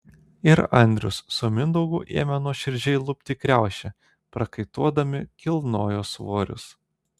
ir andrius su mindaugu ėmė nuoširdžiai lupti kriaušę prakaituodami kilnojo svorius